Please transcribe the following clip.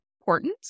important